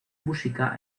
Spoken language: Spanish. música